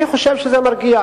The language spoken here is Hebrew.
אני חושב שזה מרגיע.